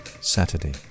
Saturday